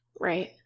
Right